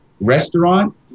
restaurant